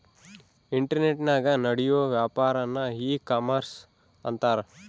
ಇಂಟರ್ನೆಟನಾಗ ನಡಿಯೋ ವ್ಯಾಪಾರನ್ನ ಈ ಕಾಮರ್ಷ ಅಂತಾರ